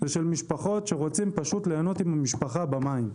אלא של משפחות שפשוט רוצות להנות עם המשפחה במים.